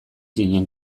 zinen